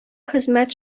хезмәт